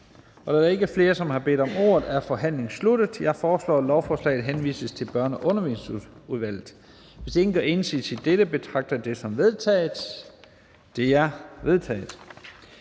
Da der ikke er flere, som har bedt om ordet, er forhandlingen sluttet. Jeg foreslår, at lovforslaget henvises til Børne- og Undervisningsudvalget. Hvis ingen gør indsigelse mod dette, betragter jeg det som vedtaget. Det er vedtaget.